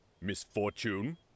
Misfortune